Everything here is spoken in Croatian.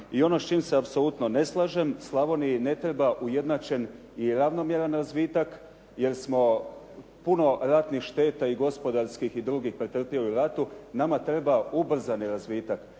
I ono s čime se apsolutno ne slažem, Slavoniji ne treba ujednačen i ravnomjeran razvitak jer smo puno ratnih šteta gospodarskih i drugih pretrpjeli u radu. Nama treba ubrzani razvitak.